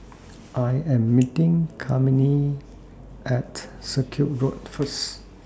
I Am meeting Kymani At Circuit Road First